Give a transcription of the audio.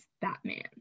Batman